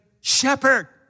shepherd